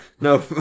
no